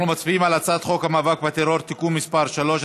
אנחנו מצביעים על הצעת חוק המאבק בטרור (תיקון מס' 3),